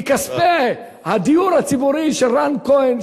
כי כספי הדיור הציבורי של רן כהן,